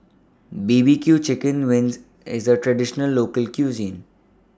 B B Q Chicken Wings IS A Traditional Local Cuisine